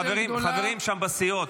חברים שם בסיעות,